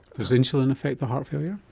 does insulin affects the heart failure?